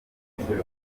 babikora